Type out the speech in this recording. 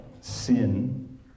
sin